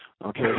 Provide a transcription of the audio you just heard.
Okay